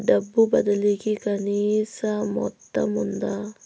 డబ్బు బదిలీ కి కనీస మొత్తం ఉందా?